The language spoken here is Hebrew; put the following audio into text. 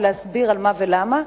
ולהסביר על מה ולמה.